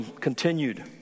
continued